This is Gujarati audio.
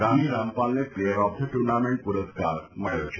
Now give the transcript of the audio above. રાની રામપાલને પ્લેયર ઓફ ધી ટુર્નામેન્ટ પુરસ્કાર મબ્યો છે